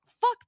Fuck